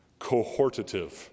cohortative